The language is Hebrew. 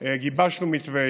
גיבשנו מתווה,